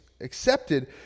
accepted